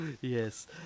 Yes